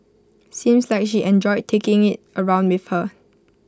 seems like she enjoyed taking IT around with her